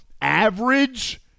average